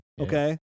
okay